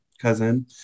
cousin